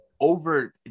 over